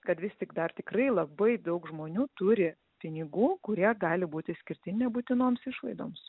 kad vis tik dar tikrai labai daug žmonių turi pinigų kurie gali būti skirti nebūtinoms išlaidoms